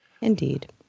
Indeed